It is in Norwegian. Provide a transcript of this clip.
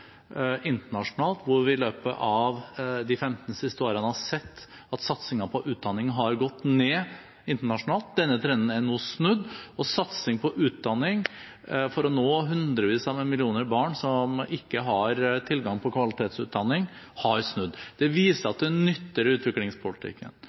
internasjonalt, hvor vi i løpet av de 15 siste årene har sett at satsingen på utdanning har gått ned, nå er snudd. Det er nå satsing på utdanning for å nå hundrevis av millioner av barn som ikke har tilgang til kvalitetsutdanning. Det viser